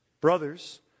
Brothers